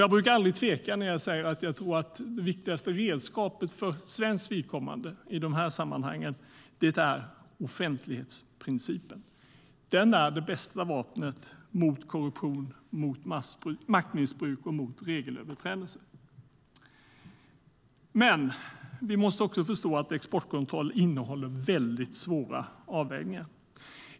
Jag brukar aldrig tveka när jag säger att jag tror att det viktigaste redskapet för svenskt vidkommande i de här sammanhangen är offentlighetsprincipen. Den är det bästa vapnet mot korruption, maktmissbruk och regelöverträdelser. Men vi måste också förstå att exportkontroll innehåller väldigt svåra avvägningar.